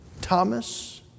Thomas